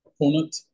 opponent